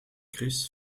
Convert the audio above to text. chris